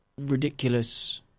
ridiculous